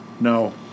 No